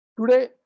today